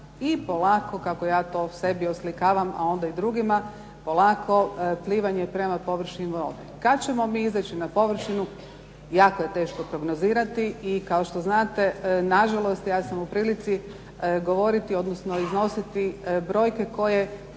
i polako kako ja to sebi oslikavam a onda i drugima polako plivanje prema površini vode. Kad ćemo mi izaći na površinu jako je teško prognozirati. I kao što znate, nažalost ja sam u prilici govoriti odnosno iznositi brojke za koje